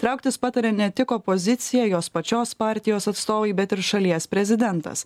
trauktis pataria ne tik opozicija jos pačios partijos atstovai bet ir šalies prezidentas